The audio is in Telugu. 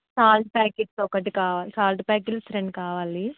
సాల్ట్ ప్యాకెట్స్ ఒకటి కావాలి సాల్ట్ ప్యాకెట్స్ రెండు కావాలి